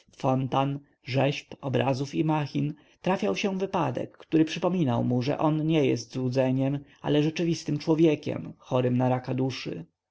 pałaców fontan rzeźb obrazów i machin trafiał się wypadek który przypominał mu że on nie jest złudzeniem ale rzeczywistym człowiekiem chorym na raka w duszy